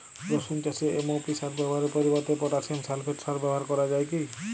রসুন চাষে এম.ও.পি সার ব্যবহারের পরিবর্তে পটাসিয়াম সালফেট সার ব্যাবহার করা যায় কি?